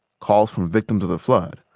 calls from victims of the flood,